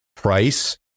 Price